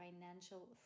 financial